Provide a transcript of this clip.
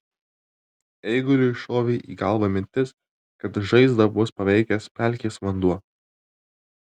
eiguliui šovė į galvą mintis kad žaizdą bus paveikęs pelkės vanduo